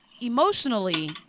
emotionally